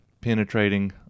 penetrating